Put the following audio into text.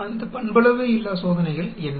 அந்த பண்பளவையில்லா சோதனைகள் என்ன